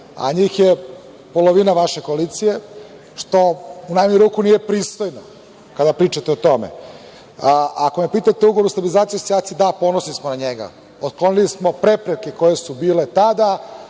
a njih je polovina vaše koalicije, što u najmanju ruku nije pristojno kada pričate o tome. Ako me pitate o ugovoru o stabilizaciji i asocijaciji, da, ponosni smo na njega. Otklonili smo prepreke koje su bile tada,